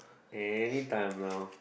anytime around